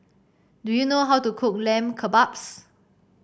do you know how to cook Lamb Kebabs